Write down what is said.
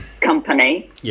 company